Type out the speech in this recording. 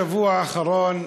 השבוע האחרון,